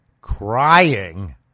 crying